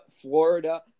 Florida